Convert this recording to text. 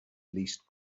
least